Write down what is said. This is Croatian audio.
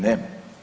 Nema.